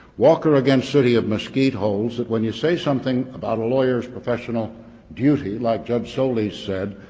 walker against city of mesquite holds that when you say something about a lawyer's professional duty like judge solis said,